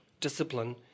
discipline